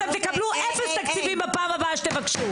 אתם תקבלו אפס תקציבים בפעם הבאה שתבקשו.